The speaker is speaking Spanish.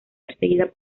perseguida